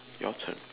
your turn